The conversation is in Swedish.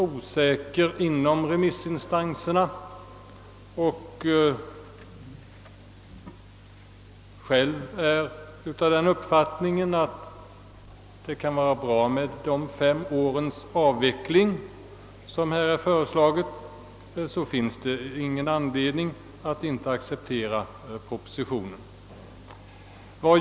Eftersom remissinstanserna är så osäkra och tydligen är av den uppfattningen, att det skulle vara lämpligt med den föreslagna avvecklingstiden på fem år, finns det ingen anledning att inte acceptera propositionen.